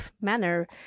manner